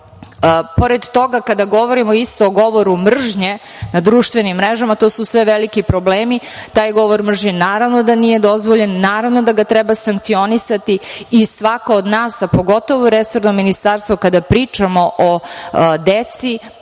toga, kada govorimo isto o govoru mržnje na društvenim mrežama, to su sve veliki problemi, taj govor mržnje naravno da nije dozvoljen, naravno da ga treba sankcionisati i svako od nas, a pogotovo resorno ministarstvo kada pričamo o deci,